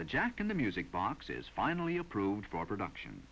the jack in the music box is finally approved for production